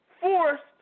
forced